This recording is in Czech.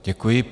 Děkuji.